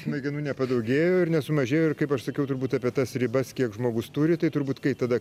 smegenų nepadaugėjo ir nesumažėjo ir kaip aš sakiau turbūt apie tas ribas kiek žmogus turi tai turbūt kai tada